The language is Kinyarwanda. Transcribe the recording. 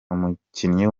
umukinnyi